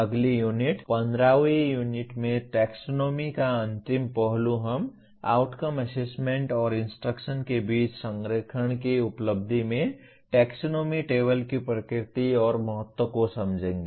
अगली यूनिट 15 वीं यूनिट में टैक्सोनॉमी का अंतिम पहलू हम आउटकम असेसमेंट और इंस्ट्रक्शन्स के बीच संरेखण की उपलब्धि में टैक्सोनॉमी टेबल की प्रकृति और महत्व को समझते हैं